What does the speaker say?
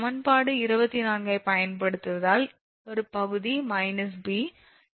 சமன்பாடு 24 ஐப் பயன்படுத்துவதால் ஒரு பகுதி b